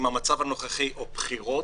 המצב הנוכחי או בחירות,